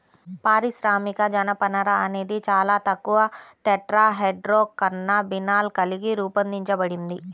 పారిశ్రామిక జనపనార అనేది చాలా తక్కువ టెట్రాహైడ్రోకాన్నబినాల్ కలిగి రూపొందించబడింది